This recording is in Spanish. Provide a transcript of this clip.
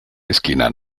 esquina